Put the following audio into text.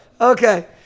Okay